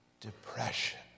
depression